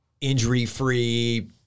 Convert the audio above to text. injury-free